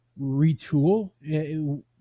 retool